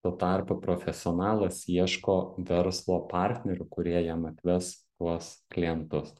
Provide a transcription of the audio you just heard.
tuo tarpu profesionalas ieško verslo partnerių kurie jam atves tuos klientus